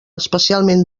especialment